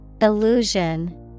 Illusion